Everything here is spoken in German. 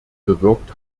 bewirkt